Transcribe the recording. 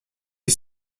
est